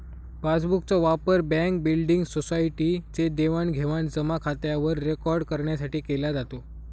passbook चा वापर bank, building, society चे देवाणघेवाण जमा खात्यावर रेकॉर्ड करण्यासाठी केला जातो